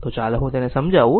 તો ચાલો હું તેને સમજાવું